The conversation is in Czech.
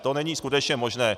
To není skutečně možné.